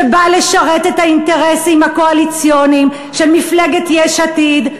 שבא לשרת את האינטרסים הקואליציוניים של מפלגת יש עתיד,